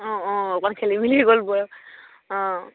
অঁ অঁ অকণমান খেলি মেলি গ'ল অঁ